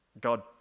God